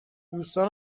دوستان